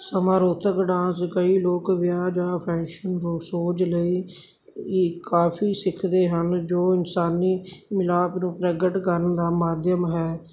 ਸਮਾਂ ਰੋਤਕ ਡਾਂਸ ਕਈ ਲੋਕ ਵਿਆਹ ਜਾਂ ਫੈਸ਼ਨ ਸ਼ੋਅਜ ਲਈ ਕਾਫ਼ੀ ਸਿੱਖਦੇ ਹਨ ਜੋ ਇਨਸਾਨੀ ਮਿਲਾਪ ਨੂੰ ਪ੍ਰਗਟ ਕਰਨ ਦਾ ਮਾਧਿਅਮ ਹੈ